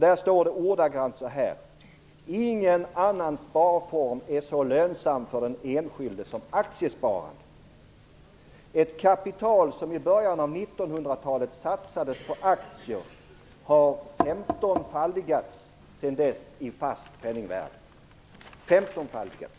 Där står det ordagrant så här: "Ingen annan sparform är så lönsam för den enskilde som aktiesparande. Ett kapital som i början av 1900-talet satsades på aktier har femtonfaldigats sedan dess i fast penningvärde." Femtonfaldigats!